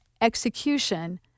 execution